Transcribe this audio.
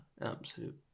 absolute